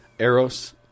Eros